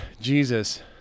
Jesus